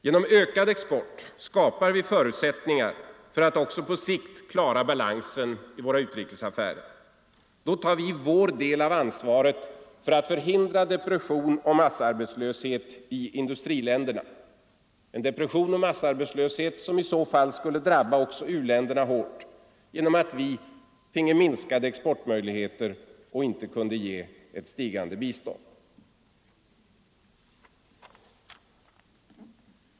Genom ökad export skapar vi förutsättningar för att också på sikt klara balansen i våra utrikesaffärer. Då tar vi vår del av ansvaret för att förhindra depression och massarbetslöshet i industriländerna, något som skulle drabba också u-länderna hårt genom att vi finge minskade exportmöjligheter och inte kunde ge ett stigande bistånd.